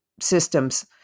systems